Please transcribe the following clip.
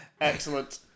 excellent